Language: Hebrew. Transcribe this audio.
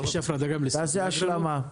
תעשה השלמה.